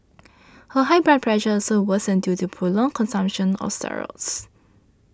her high blood pressure also worsened due to prolonged consumption of steroids